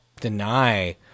Deny